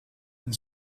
and